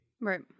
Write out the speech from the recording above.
Right